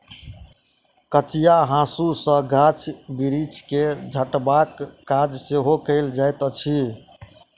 कचिया हाँसू सॅ गाछ बिरिछ के छँटबाक काज सेहो कयल जाइत अछि